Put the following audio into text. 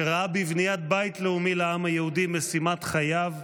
שראה בבניית בית לאומי לעם היהודי משימת חייו,